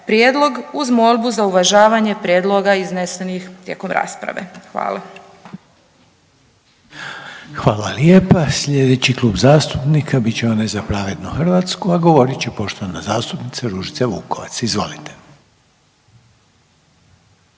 prijedlog uz molbu za uvažavanje prijedloga iznesenih tijekom rasprave. Hvala. **Reiner, Željko (HDZ)** Hvala lijepa. Slijedeći Klub zastupnika bit će onaj Za pravednu Hrvatsku, a govorit će poštovana zastupnica Ružica Vukovac, izvolite.